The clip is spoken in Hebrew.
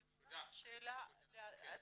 אני יכולה שאלה קטנה?